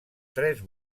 tres